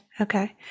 Okay